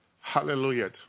Hallelujah